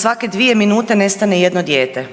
svake 2 minute nestane jedno dijete.